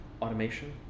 Automation